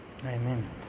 Amen